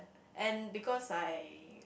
and because I